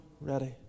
ready